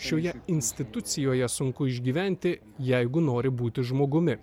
šioje institucijoje sunku išgyventi jeigu nori būti žmogumi